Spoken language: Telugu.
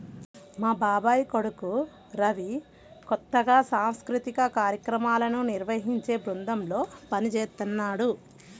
మా బాబాయ్ కొడుకు రవి కొత్తగా సాంస్కృతిక కార్యక్రమాలను నిర్వహించే బృందంలో పనిజేత్తన్నాడు